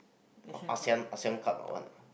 A_S_E_A_N A_S_E_A_N cup or what